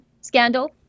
scandal